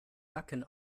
backen